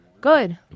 Good